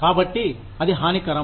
కాబట్టి అది హానికరం